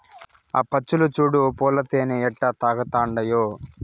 ఆ పచ్చులు చూడు పూల తేనె ఎట్టా తాగతండాయో